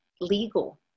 legal